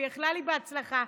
ואיחלה לי בהצלחה.